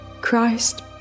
Christ